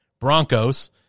Broncos